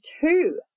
two